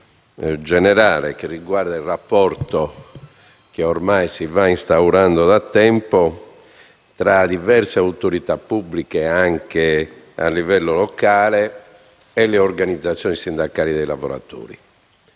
generale, che riguarda il rapporto, che ormai si va instaurando da tempo, tra diverse autorità pubbliche, anche a livello locale, e le organizzazioni sindacali dei lavoratori.